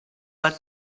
but